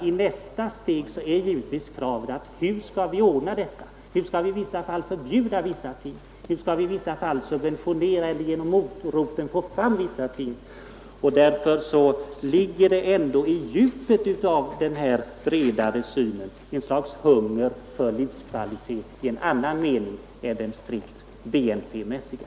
I nästa steg gäller naturligtvis frågan hur vi skall genomföra detta. Hur skall vi i en del fall förbjuda vissa ting och i andra fall subventionera fram vissa resultat? Därför ligger det i djupet av denna bredare syn ett slags hunger efter mått och åtgärder som ger en livskvalitet i annan mening än den strikt BNP-mässiga.